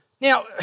Now